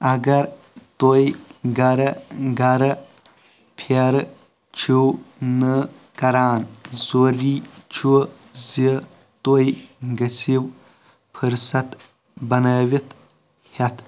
اگر تُہۍ گرٕ گرٕ پھیرٕ چھِو نہٕ كران ، ضوری چھُ زِ تُہۍ گژھِو فہرِست بنٲوِتھ ہیٚتھ